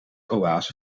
oase